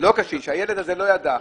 הילד לא ידע.